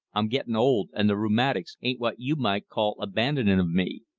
i'm gettin' old, and the rheumatics ain't what you might call abandonin' of me.